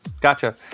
gotcha